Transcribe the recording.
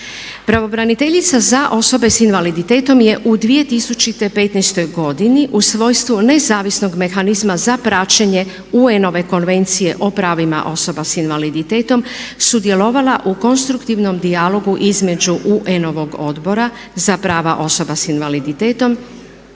Pravobraniteljica za osobe s invaliditetom je u 2015. godini u svojstvu nezavisnog mehanizma za praćenje UN-ove Konvencije o pravima osoba s invaliditetom sudjelovala u konstruktivnom dijalogu između UN-ovog odbora za prava osoba s invaliditetom